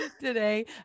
today